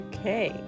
Okay